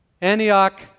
Antioch